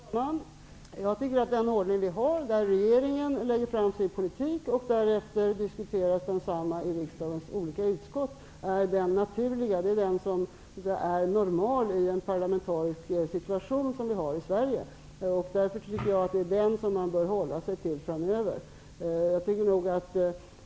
Fru talman! Jag tycker att den ordning vi har, där regeringen lägger fram sin politik och som därefter diskuteras i riksdagens olika utskott, är den naturliga. Det är den ordning som är normal i en parlamentarisk situation, som vi har i Sverige. Därför tycker jag att man bör hålla sig till den ordningen framöver.